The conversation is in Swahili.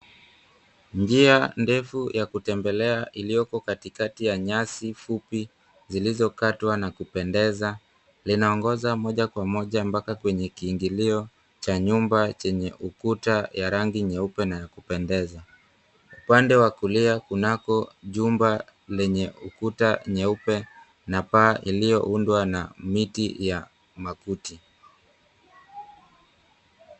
Njia ndefu ya kutembelea, iliyoko katikati ya nyasi fupi zilizokatwa na kupendeza. Inaongoza moja kwa moja mpaka kwenye kiingilio cha nyumba chenye ukuta ya rangi nyeupe na kupendeza. Upande wa kulia kunako jumba lenye ukuta nyeupe, na paa iliyoundwa na miti ya makuti.